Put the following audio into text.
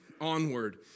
onward